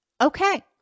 Okay